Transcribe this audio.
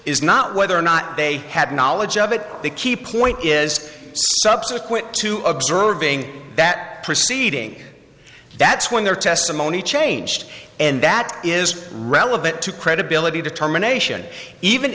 is not whether or not they had knowledge of it the key point is subsequent to observing that proceeding that's when their testimony changed and that is relevant to credibility determination even